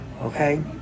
Okay